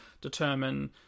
determine